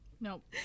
nope